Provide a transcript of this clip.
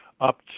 up